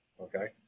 okay